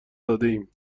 دادهایم